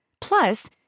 Plus